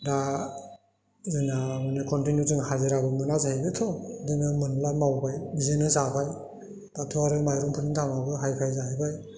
दा जोंना माने कन्टिनिउ जों हाजिराबो मोना जाहैबायथ' बिदिनो मोनब्ला मावबाय बिदिनो जाबाय दाथ' आरो माइरंफोरनि दामआबो हाइ फाइ जाहैबाय